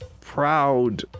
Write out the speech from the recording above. proud